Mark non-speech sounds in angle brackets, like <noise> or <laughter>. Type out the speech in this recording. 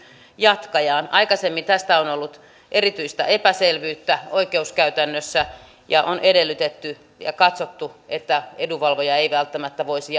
jatkajaan aikaisemmin tästä on ollut erityistä epäselvyyttä oikeuskäytännössä ja on edellytetty ja katsottu että edunvalvoja ei välttämättä voisi <unintelligible>